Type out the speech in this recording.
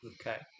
Okay